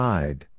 Side